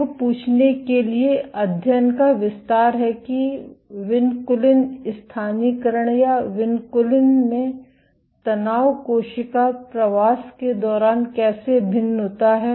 यह पूछने के लिए अध्ययन का विस्तार है कि विनकुलिन स्थानीयकरण या विनकुलिन में तनाव कोशिका प्रवास के दौरान कैसे भिन्न होता है